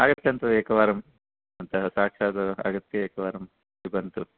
आगच्छन्तु एकवारं तत् साक्षात् आगत्य एकवारं पिबन्तु